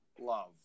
love